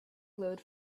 glowed